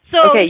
Okay